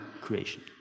creation